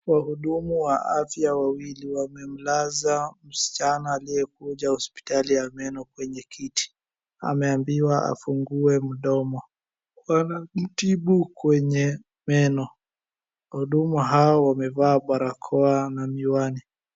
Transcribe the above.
Wahudumu wa afya wawili wamemlaza msichana aliyekuja hospitali ya meno kwenye kiti, ameambiwa afungue mdomo, wanamutibu kwenye meno. Wahudumu hao wamevaa barakoa na miwani.